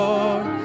Lord